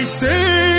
say